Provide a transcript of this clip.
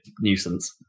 nuisance